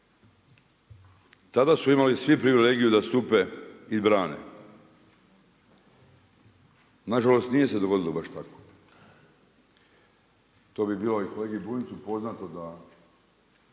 Tada su imali svi privilegiju da stupe i brane. Nažalost nije se dogodilo baš tako. To bi bilo i kolegi Bunjcu poznato da